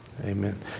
Amen